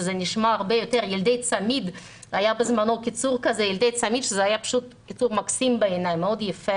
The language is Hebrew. היה בזמנו קיצור מקסים בעיני שנקרא